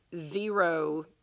Zero